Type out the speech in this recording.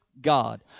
God